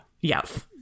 Yes